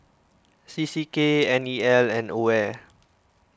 C C K N E L and Aware